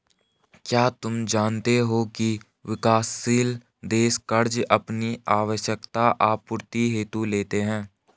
क्या तुम जानते हो की विकासशील देश कर्ज़ अपनी आवश्यकता आपूर्ति हेतु लेते हैं?